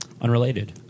unrelated